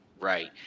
right